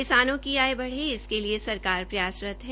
किसानों की आय बढ़े इसके लिए सरकार प्रयासरत हैं